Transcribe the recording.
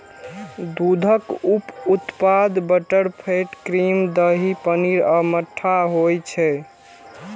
दूधक उप उत्पाद बटरफैट, क्रीम, दही, पनीर आ मट्ठा होइ छै